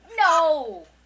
No